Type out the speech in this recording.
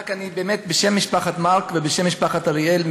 בשם משפחת מרק ובשם משפחת אריאל,